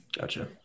Gotcha